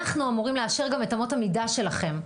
אנחנו אמורים לאשר גם את אמות המידה שלכם.